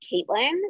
Caitlin